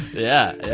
yeah.